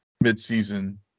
Mid-season